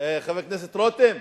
חבר הכנסת רותם,